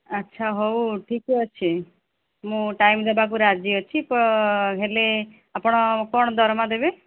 ଆଚ୍ଛା ହଉ ଠିକ୍ ଅଛି ମୁଁ ଟାଇମ୍ ଦେବାକୁ ରାଜି ଅଛି ତ ହେଲେ ଆପଣ କ'ଣ ଦରମା ଦେବେ